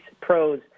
pros